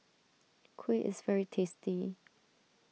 Kuih is very tasty